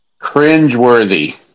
Cringeworthy